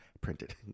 printed